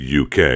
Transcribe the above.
UK